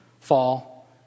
fall